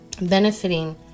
benefiting